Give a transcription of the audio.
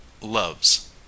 Loves